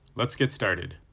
let's get started.